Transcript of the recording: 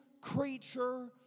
creature